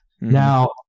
Now